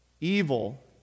Evil